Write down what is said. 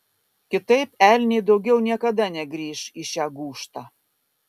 kitaip elniai daugiau niekada negrįš į šią gūžtą